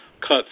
cuts